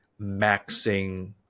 maxing